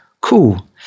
cool